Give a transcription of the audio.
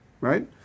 Right